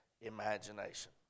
imagination